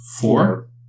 Four